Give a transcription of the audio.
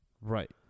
Right